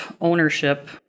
ownership